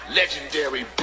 legendary